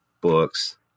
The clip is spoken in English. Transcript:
books